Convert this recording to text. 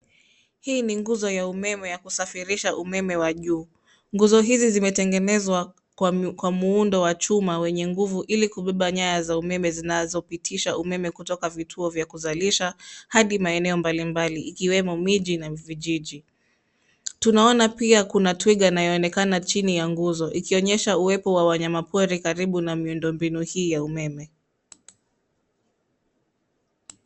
Hii ni nguzo ya umeme ya kusafirisha umeme wa juu. Nguzo hizi zimetengenezwa kwa muundo wa chuma wenye nguvu ili kubeba nyaya za umeme zinazopitisha umeme kutoka vituo vya kuzalisha hadi maeneo mbalimbali ikiwemo miji na vijiji. Tunaona pia kuna twiga anayeonekana chini ya nguzo ikionyesha uwepo wa wanyamapori karibu na miundombinu hii ya umeme.